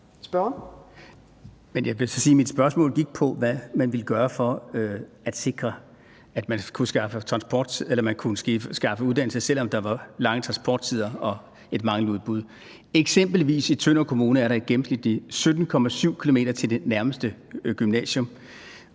mit spørgsmål gik på, hvad man ville gøre for at sikre, at man kunne skaffe uddannelser, selv om der var lange transporttider og et manglende udbud. I Tønder Kommune er der eksempelvis gennemsnitligt 17,7 km til det nærmeste gymnasium,